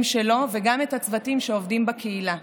שלו וגם את הצוותים שעובדים בקהילה.